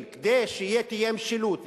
כדי שתהיה משילות,